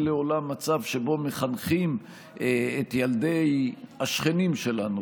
לעולם מצב שבו מחנכים את ילדי השכנים שלנו,